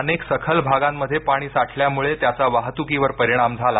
अनेक सखल भागांमध्ये पाणी साठल्यामुळे त्याचा वाहतुकीवर परिणाम झाला